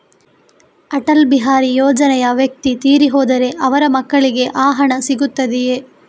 ಅಟಲ್ ಬಿಹಾರಿ ಯೋಜನೆಯ ವ್ಯಕ್ತಿ ತೀರಿ ಹೋದರೆ ಅವರ ಮಕ್ಕಳಿಗೆ ಆ ಹಣ ಸಿಗುತ್ತದೆಯೇ?